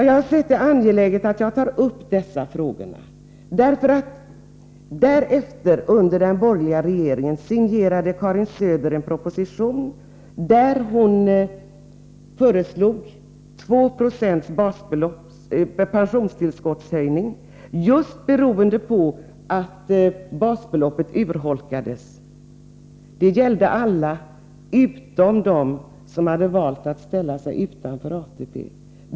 Jag har sett som angeläget att ta upp dessa frågor, eftersom Karin Söder i den borgerliga regeringen därefter signerade en proposition där hon föreslog en pensionstillskottshöjning på 2 76, just beroende på att basbeloppet urholkades. Det gällde alla utom dem som valt att ställa sig utanför ATP.